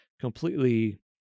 completely